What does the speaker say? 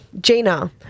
Gina